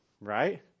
right